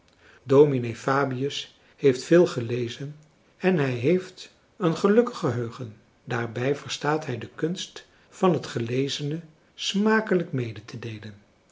dominee fabius heeft veel gelezen en hij heeft een gelukkig geheugen daarbij verstaat hij de kunst van het gelezene smakelijk mede te deelen